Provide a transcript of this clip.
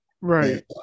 Right